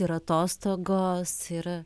ir atostogos yra